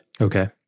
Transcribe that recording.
Okay